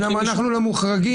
למה אנחנו לא מוחרגים?